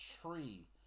tree